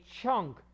chunk